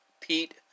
Pete